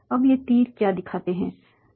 अब ये तीर क्या दिखाते हैं